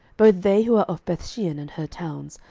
both they who are of bethshean and her towns,